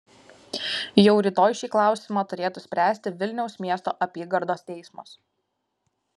jau rytoj šį klausimą turėtų spręsti vilniaus miesto apygardos teismas